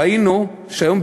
ראינו שהיום,